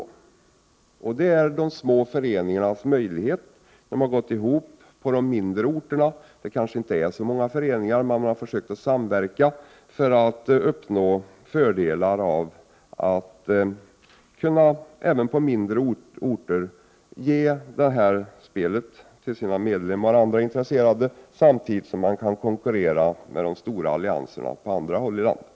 Sådana allianser ger de små föreningarna möjligheter. De har gått ihop på de mindre orterna där det kanske inte finns så många föreningar. Man har försökt samverka för att uppnå fördelarna av att även på mindre orter kunna erbjuda det här spelet till sina medlemmar och andra intresserade, samtidigt som man kan konkurrera med de stora allianserna på andra håll i landet.